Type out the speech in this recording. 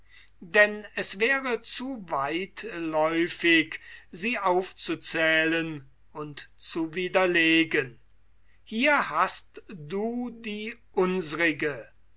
denn es wäre zu weitläufig sie aufzuzählen und zu widerlegen hier hast du die unsrige